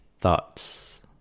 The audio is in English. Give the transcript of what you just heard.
thoughts